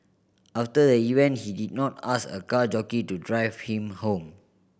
after the event he did not ask a car jockey to drive him home